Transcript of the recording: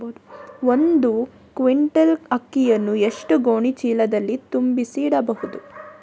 ಒಂದು ಕ್ವಿಂಟಾಲ್ ಅಕ್ಕಿಯನ್ನು ಎಷ್ಟು ಗೋಣಿಚೀಲದಲ್ಲಿ ತುಂಬಿಸಿ ಇಡಬಹುದು?